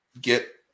get